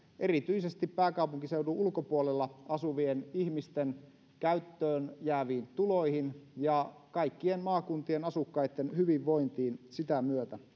erityisesti pääkaupunkiseudun ulkopuolella asuvien ihmisten käyttöön jääviin tuloihin ja kaikkien maakuntien asukkaitten hyvinvointiin sen myötä